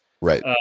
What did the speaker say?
Right